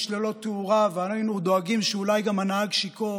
ללא תאורה והיינו דואגים שאולי גם הנהג שיכור,